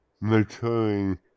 maturing